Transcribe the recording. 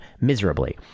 miserably